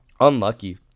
unlucky